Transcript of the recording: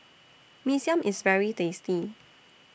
Mee Siam IS very tasty